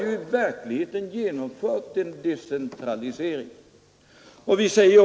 I verkligheten har vi genomfört en decentralisering där.